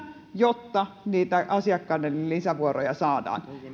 jotta niitä asiakkaiden lisävuoroja saadaan